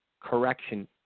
correction